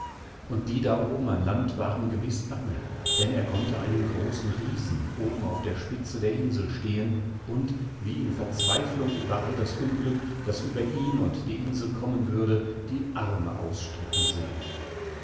und die da oben an land waren gewiß bange denn er konnte einen großen riesen oben auf der spitze der insel stehen und wie in verzweiflung über all das unglück das über ihn und die inselkommenwürde diearmeausstreckensehen der